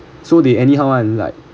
so they anyhow I'm like